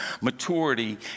maturity